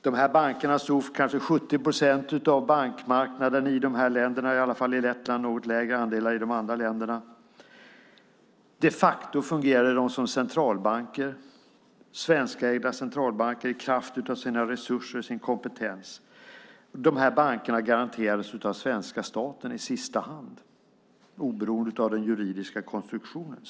Dessa banker stod för kanske 70 procent av bankmarknaden i Lettland och en något lägre andel i de andra länderna. I kraft av sina resurser och sin kompetens fungerade de de facto som svenskägda centralbanker. Dessa banker garanterades av svenska staten i sista hand, oberoende av den juridiska konstruktionen.